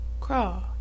Crawl